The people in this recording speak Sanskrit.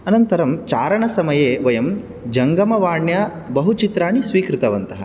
अनन्तरं चारणसमये वयं जङ्गमवाण्या बहुचित्राणि स्वीकृतवन्तः